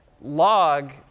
log